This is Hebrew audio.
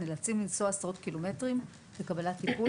נאלצים לנסוע עשרות קילומטרים לקבלת טיפול,